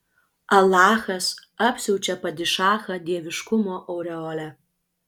alachas apsiaučia padišachą dieviškumo aureole